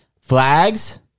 flags